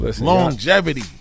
Longevity